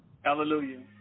Hallelujah